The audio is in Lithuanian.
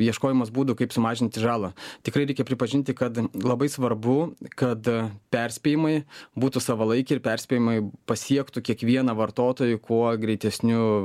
ieškojimas būdų kaip sumažinti žalą tikrai reikia pripažinti kad labai svarbu kad perspėjimai būtų savalaikiai ir perspėjimai pasiektų kiekvieną vartotoją kuo greitesniu